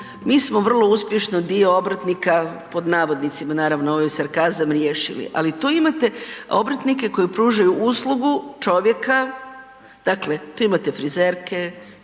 mi smo vrlo uspješno dio obrtnika pod navodnicima naravno ovo je sarkazam riješili. Ali tu imate obrtnike koje pružaju uslugu čovjeka, dakle tu imate frizerke,